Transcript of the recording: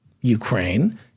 Ukraine